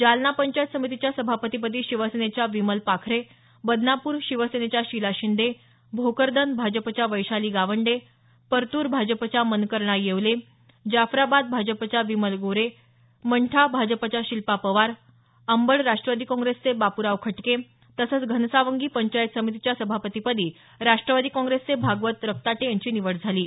जालना पंचायत समितीच्या सभापतीपदी शिवसेनेच्या विमल पाखरे बदनापूर शिवसेनेच्या शिला शिंदे भोकरदन भाजपाच्या वैशाली गावंडे परतूर भाजपाच्या मनकर्णा येवले जाफराबाद भाजपच्या विमल गोरे मंठा भाजपाच्या शिल्पा पवार अंबड राष्ट्रवादी काँग्रेसचे बापूराव खटके तसंच घनसावंगी पंचायत समितीच्या सभापतीपदी राष्ट्रवादी काँग्रेसचे भागवत रक्ताटे यांची निवड झाली आहे